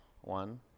One